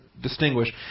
distinguish